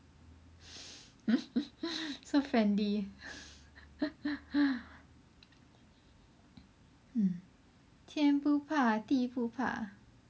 so friendly mm 天不怕地不怕